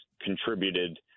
contributed